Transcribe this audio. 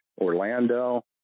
Orlando